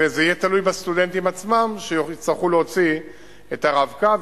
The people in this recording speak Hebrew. וזה יהיה תלוי בסטודנטים עצמם שיצטרכו להוציא את ה"רב-קו".